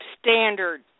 standard